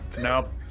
Nope